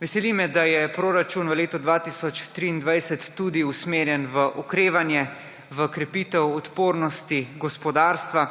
Veseli me, da je proračun v letu 2023 tudi usmerjen v okrevanje, v krepitev odpornosti gospodarstva